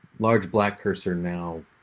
large black cursor now.